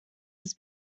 was